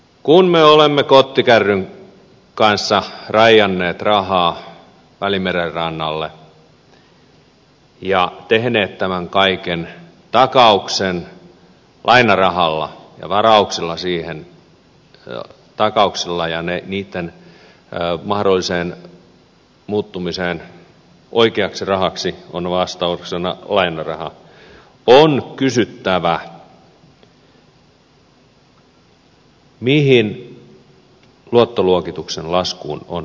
kun me olemme kottikärryn kanssa raijanneet rahaa välimeren rannalle ja tehneet tämän kaiken takauksen lainarahalla takaukseen ja sen mahdolliseen muuttumiseen oikeaksi rahaksi on vastauksena lainaraha on kysyttävä mihin luottoluokituksen laskuun on varauduttu